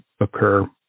occur